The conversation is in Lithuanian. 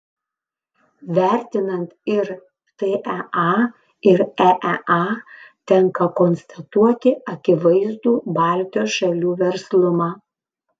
vertinant ir tea ir eea tenka konstatuoti akivaizdų baltijos šalių verslumą